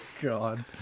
God